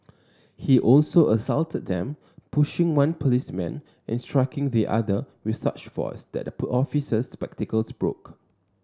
he also assaulted them pushing one policeman and striking the other with such force that the poor officer's spectacles broke